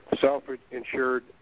self-insured